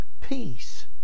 peace